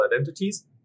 identities